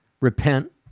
repent